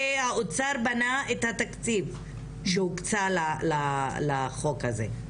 האוצר בנה את התקציב שהוקצה לחוק הזה,